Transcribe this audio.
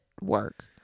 work